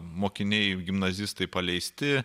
mokiniai gimnazistai paleisti